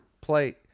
Play